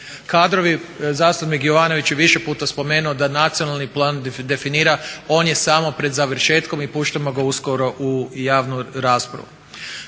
Kadrovi, zastupnik Jovanović je više puta spomenuo da nacionalni plan definira, on je pred samim završetkom i puštamo ga uskoro u javnu raspravu.